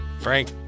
Frank